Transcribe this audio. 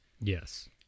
yes